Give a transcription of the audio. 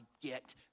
get